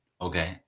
Okay